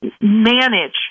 manage